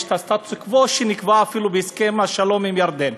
יש הסטטוס-קוו, שנקבע אפילו בהסכם השלום עם הירדן,